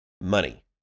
money